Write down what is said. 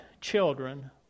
children